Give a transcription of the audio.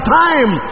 time